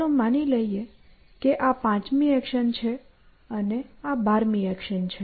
ચાલો માની લઈએ કે આ પાંચમી એક્શન છે અને આ બારમી એક્શન છે